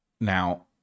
Now